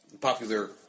popular